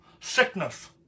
Sickness